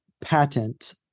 patent